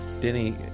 Denny